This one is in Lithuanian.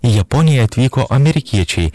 į japoniją atvyko amerikiečiai